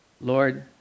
Lord